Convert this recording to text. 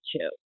two